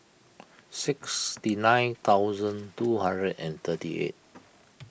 sixty nine thousand two hundred and thirty eight